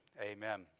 amen